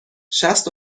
شصت